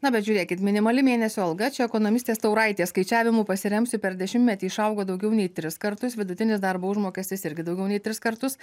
na bet žiūrėkit minimali mėnesio alga čia ekonomistės tauraitės skaičiavimu pasiremsiu per dešimtmetį išaugo daugiau nei tris kartus vidutinis darbo užmokestis irgi daugiau nei tris kartus